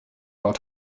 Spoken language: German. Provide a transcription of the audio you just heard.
dort